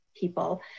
people